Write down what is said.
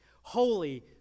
Holy